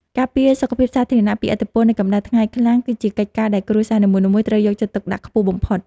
ការពារសុខភាពសាធារណៈពីឥទ្ធិពលនៃកម្ដៅថ្ងៃខ្លាំងគឺជាកិច្ចការដែលគ្រួសារនីមួយៗត្រូវយកចិត្តទុកដាក់ខ្ពស់បំផុត។